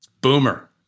Boomer